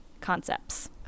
concepts